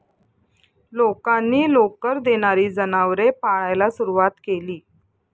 लोकांनी लोकर देणारी जनावरे पाळायला सुरवात केली